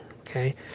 Okay